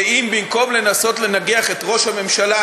שאם במקום לנסות לנגח את ראש הממשלה